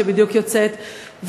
שבדיוק יוצאת,